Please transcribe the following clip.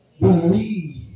believe